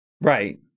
Right